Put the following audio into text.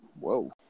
whoa